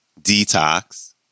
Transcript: Detox